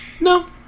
No